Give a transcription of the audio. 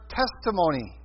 testimony